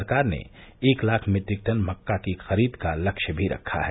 सरकार ने एक लाख मीट्रिक टन मक्का की खरीद का लक्ष्य भी रखा है